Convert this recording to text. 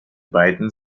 beiden